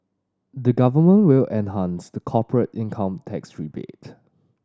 the Government will enhance the corporate income tax rebate